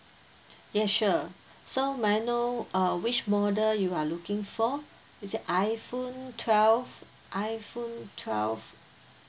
yes sure so may I know uh which model you are looking for is it iphone twelve iphone twelve